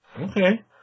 Okay